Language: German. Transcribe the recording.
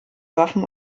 waffen